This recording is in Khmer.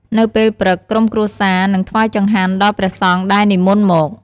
នៅពេលព្រឹក ក្រុមគ្រួសារនឹង ថ្វាយចង្ហាន់ ដល់ព្រះសង្ឃដែលនិមន្តមក។